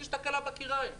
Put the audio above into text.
יש תקלה בכיריים רוב התקלות.